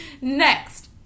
Next